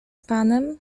panem